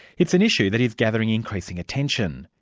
it's an issue that is gathering increasing attention.